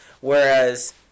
Whereas